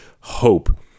hope